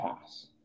pass